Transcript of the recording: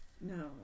No